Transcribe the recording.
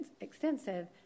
extensive